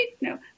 no